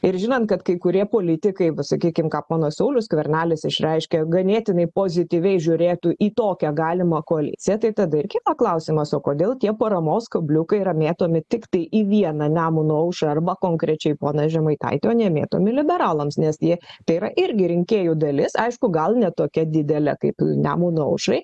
ir žinant kad kai kurie politikai va sakykim ką ponas saulius skvernelis išreiškė ganėtinai pozityviai žiūrėtų į tokią galimą koaliciją tai tada ir kyla klausimas o kodėl tie paramos kabliukai yra mėtomi tiktai į vieną nemuno aušrą arba konkrečiai poną žemaitaitį o nemėtomi liberalams nes jie tai yra irgi rinkėjų dalis aišku gal ne tokia didelė kaip nemuno aušrai